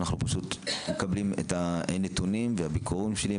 אנחנו פשוט מבלים את הנתונים ואת הביקורים שלי,